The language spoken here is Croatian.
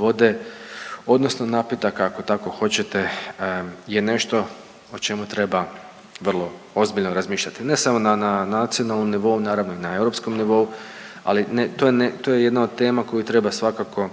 vode odnosno napitaka ako tako hoćete je nešto o čemu treba vrlo ozbiljno razmišljati ne samo na, na nacionalnom nivou, naravno i na europskom nivou, ali ne, to je ne, to je jedna od tema koju treba svakako